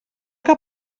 que